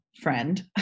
friend